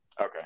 Okay